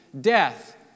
death